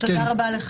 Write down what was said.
תודה רבה.